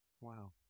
Wow